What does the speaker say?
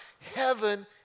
heaven